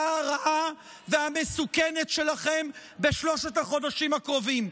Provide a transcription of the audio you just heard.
הרעה והמסוכנת שלכם בשלושת החודשים הקרובים,